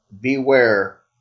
Beware